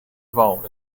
vault